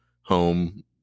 home